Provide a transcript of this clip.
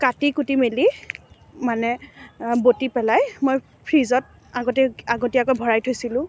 কাটি কুটি মেলি মানে বতি পেলাই মই ফ্ৰীজত আগতেই আগতীয়াকৈ ভৰাই থৈছিলোঁ